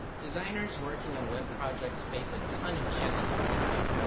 designers working on web projects face a ton of challenges this year.